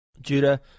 Judah